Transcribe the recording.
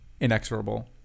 inexorable